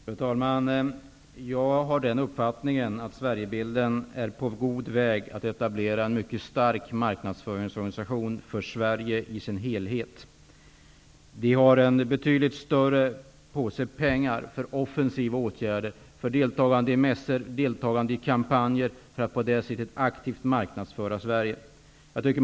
Fru talman! Jag har den uppfattningen att Sverigebilden är på god väg att etablera en mycket stark marknadsföringsorganisation för Sverige i dess helhet. Vi har en betydligt större påse pengar för offensiva åtgärder, för deltagande i mässor och kampanjer för att aktivt marknadsföra Sverige.